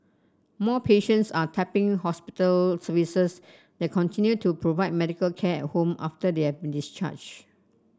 more patients are tapping hospital services that continue to provide medical care at home after they have been discharged